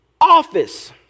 office